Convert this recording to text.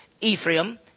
Ephraim